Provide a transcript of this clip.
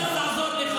איך אני יכול לעזור לך?